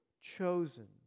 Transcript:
chosen